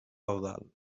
feudal